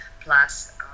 plus